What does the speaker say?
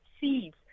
seeds